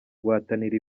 guhatanira